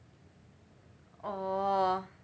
orh